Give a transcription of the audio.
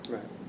Right